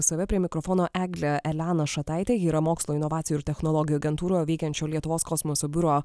save prie mikrofono eglę eleną šataitę ji yra mokslo inovacijų ir technologijų agentūroje veikiančio lietuvos kosmoso biuro